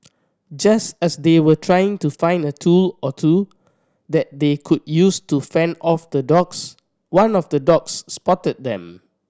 just as they were trying to find a tool or two that they could use to fend off the dogs one of the dogs spotted them